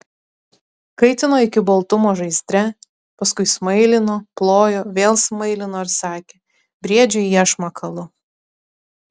kaitino iki baltumo žaizdre paskui smailino plojo vėl smailino ir sakė briedžiui iešmą kalu